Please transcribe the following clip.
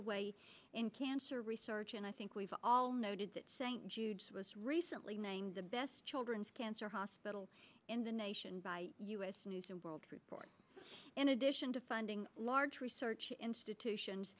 the way in cancer research and i think we've all noted that st jude's was recently named the best children's cancer hospital in the nation by u s news and world report in addition to funding large research institutions